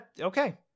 Okay